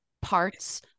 parts